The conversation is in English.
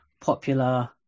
popular